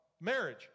marriage